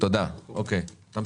אני רוצה